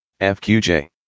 FQJ